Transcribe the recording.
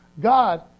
God